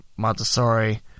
Montessori